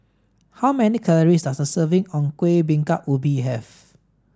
how many calories does a serving of Kueh Bingka Ubi have